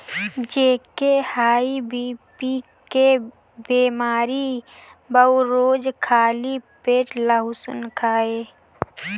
जेके high BP के बेमारी बा उ रोज खाली पेटे लहसुन खाए